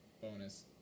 Bonus